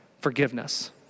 forgiveness